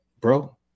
bro